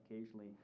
occasionally